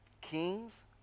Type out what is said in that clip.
kings